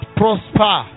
prosper